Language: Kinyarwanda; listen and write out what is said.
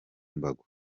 mbago